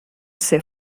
ser